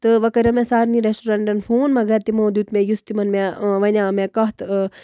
تہٕ وۄنۍ کَریاو مےٚ سارنی ریسٹورِنٹَن فون مَگر تِمو دیُت مےٚ یُس تِمن مےٚ وَنیاو مےٚ کَتھ